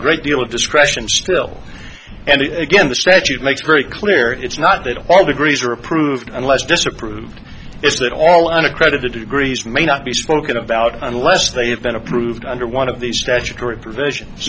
great deal of discretion still and again the statute makes very clear it's not that all degrees are approved unless disapproved is that all an accredited to greece may not be spoken about unless they have been approved under one of the statutory provisions